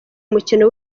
umukino